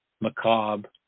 macabre